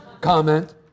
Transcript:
comment